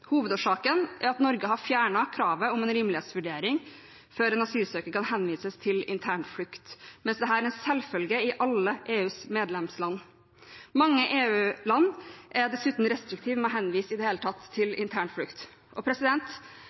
Hovedårsaken er at Norge har fjernet kravet om en rimelighetsvurdering før en asylsøker kan henvises til internflukt, mens dette er en selvfølge i alle EUs medlemsland. Mange EU-land er dessuten restriktive med i det hele tatt å henvise til intern flukt.